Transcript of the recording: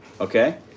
okay